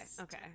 okay